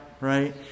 right